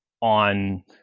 on